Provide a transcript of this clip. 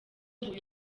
ngo